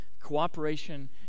cooperation